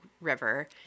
river